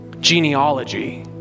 genealogy